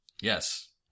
Yes